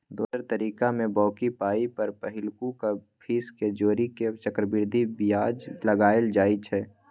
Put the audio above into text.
दोसर तरीकामे बॉकी पाइ पर पहिलुका फीस केँ जोड़ि केँ चक्रबृद्धि बियाज लगाएल जाइ छै